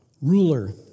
ruler